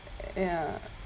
ya